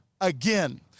again